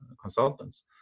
consultants